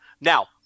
Now